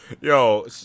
yo